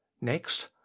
Next